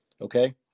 okay